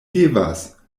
devas